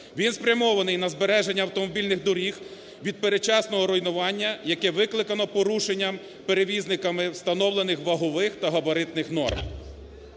Він спрямований на збереження автомобільних доріг від передчасного руйнування, яке викликане порушенням перевізниками встановлених вагових та габаритних норм.